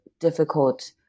difficult